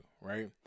right